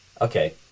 Okay